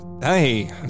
hey